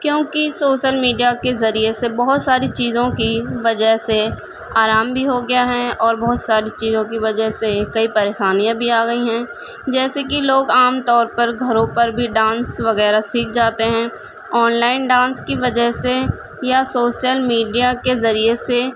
کیوں کہ social media کے ذریعے سے بہت ساری چیزوں کی وجہ سے آرام بھی ہوگیا ہے اور بہت ساری چیزوں کی وجہ سے کئی پریشانیاں بھی آگئی ہیں جیسے کہ لوگ عام طور پر گھروں پر بھی ڈانس وغیرہ سیکھ جاتے ہیں آن لائن ڈانس کی وجہ سے یا سوشل میڈیا کے ذریعے سے